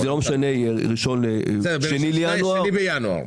זה לא משנה 2 בינואר או --- 2 בינואר,